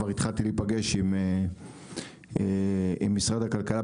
כבר התחלתי להיפגש עם משרד הכלכלה,